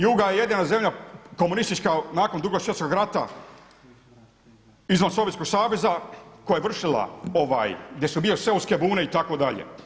Juga je jedina zemlja komunistička nakon Drugog svjetskog rata izvan Sovjetskog Saveza koja je vršila gdje su bile seoske bune itd.